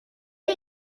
est